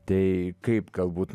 tai kaip galbūt na